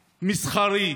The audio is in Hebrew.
מסחרי,